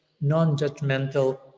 non-judgmental